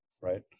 Right